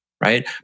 Right